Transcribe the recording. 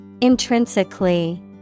intrinsically